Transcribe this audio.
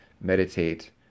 meditate